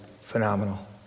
phenomenal